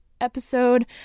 episode